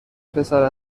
پسر